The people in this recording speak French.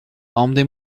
emmenez